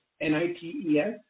N-I-T-E-S